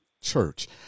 church